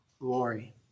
glory